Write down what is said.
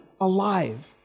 alive